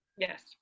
yes